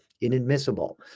inadmissible